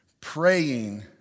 praying